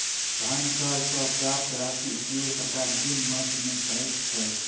धन कर सॅ प्राप्त राशिक उपयोग सरकार विभिन्न मद मे करैत छै